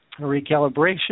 Recalibration